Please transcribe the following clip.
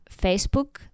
Facebook